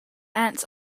ants